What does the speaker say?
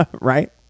Right